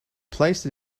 placed